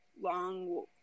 long